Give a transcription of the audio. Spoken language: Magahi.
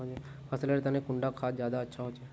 फसल लेर तने कुंडा खाद ज्यादा अच्छा होचे?